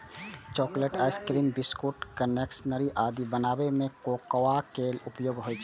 chocolate, ice cream, biscuit, confectionery आदि बनाबै मे कोकोआ के उपयोग होइ छै